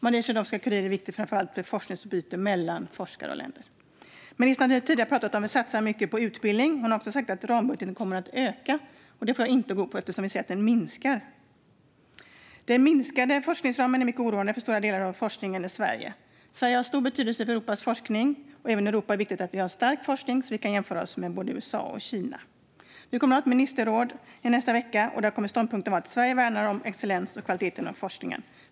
Marie Sklodowska-Curie-programmet är viktigt för framför allt forskningsutbyte mellan forskare och länder. Ministern har tidigare talat om att satsa mycket på utbildning. Hon har även sagt att rambudgeten kommer att öka. Detta får jag inte att gå ihop, eftersom vi ser att den minskar. Den minskande forskningsramen är mycket oroande för stora delar av forskningen i Sverige. Sverige har stor betydelse för Europas forskning. Det är även viktigt att vi i Europa har stark forskning så att vi kan jämföra oss med både USA och Kina. Nästa vecka kommer det att vara ett ministerråd. Då kommer ståndpunkten att vara att Sverige värnar om excellens och kvalitet inom forskningen.